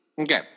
Okay